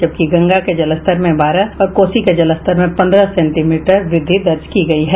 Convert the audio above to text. जबकि गंगा के जलस्तर में बारह और कोसी के जलस्तर में पन्द्रह सेंटीमीटर वृद्धि दर्ज की गयी है